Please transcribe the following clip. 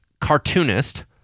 cartoonist